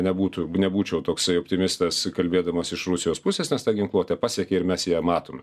nebūtų nebūčiau toksai optimistas kalbėdamas iš rusijos pusės nes ta ginkluotė pasiekė ir mes ją matome